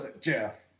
Jeff